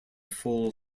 full